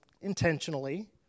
intentionally